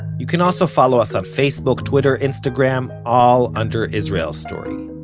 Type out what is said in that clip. you can also follow us on facebook, twitter, instagram, all under israel story.